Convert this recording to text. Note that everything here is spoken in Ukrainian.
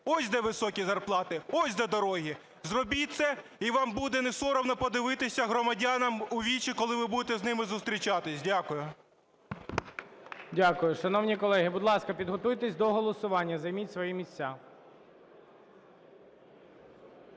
ось де високі зарплати, ось де дороги, зробіть це і вам буде несоромно подивитися громадян у вічі, коли ви будете з ними зустрічатися. Дякую. ГОЛОВУЮЧИЙ. Дякую. Шановні колеги, будь ласка, підготуйтесь до голосування, займіть свої місця.